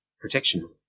protection